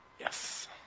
Yes